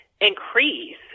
increase